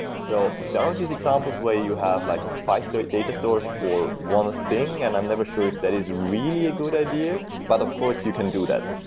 so there are these examples where you have like five data stores for one thing, and i'm never sure if that is really a good idea. but of course, you can do that.